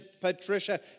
Patricia